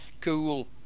cool